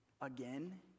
Again